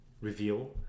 reveal